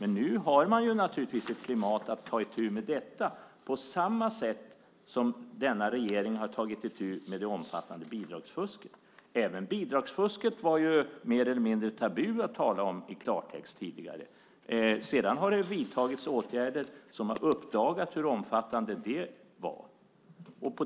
Nu har vi ett klimat för att kunna ta itu med problemet, på samma sätt som den nuvarande regeringen tagit itu med det omfattande bidragsfusket. Även bidragsfusket var det ju tidigare mer eller mindre tabu att tala om i klartext. Därefter har det vidtagits åtgärder som uppdagat hur omfattande fusket varit.